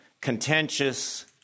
contentious